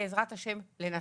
בעזרת השם לנסות.